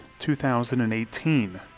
2018